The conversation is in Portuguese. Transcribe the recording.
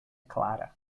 clara